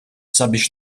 sabiex